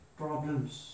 problems